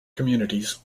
communities